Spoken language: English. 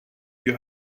you